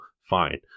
fine